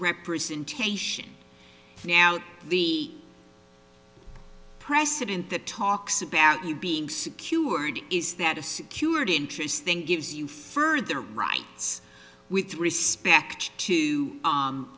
representation now the precedent that talks about you being secured is that a security interest then gives you further rights with respect to